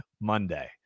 Monday